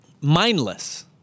mindless